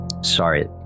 Sorry